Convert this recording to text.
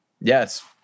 yes